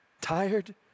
Tired